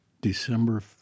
December